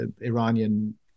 Iranian